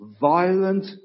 violent